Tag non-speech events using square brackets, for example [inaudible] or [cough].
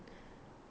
[breath]